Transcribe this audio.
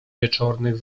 wieczornych